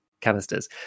canisters